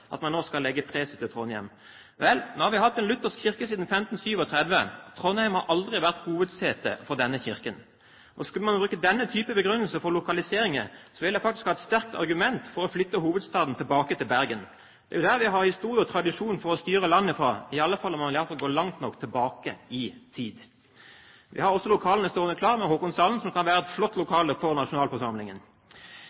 at man nå skal legge presesembetet til Trondheim. Vel, vi har hatt den evangelisk-lutherske kirke siden 1537. Trondheim har aldri vært hovedsete for denne kirken. Skulle man bruke denne type begrunnelse for lokaliseringer, ville jeg hatt et sterkt argument for å flytte hovedstaden tilbake til Bergen. Det er jo der vi har historie og tradisjon for å styre landet, i alle fall om man går langt nok tilbake i tid. Vi har også lokale stående klar – Håkonshallen kan være et flott